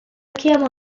camel